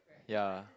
ya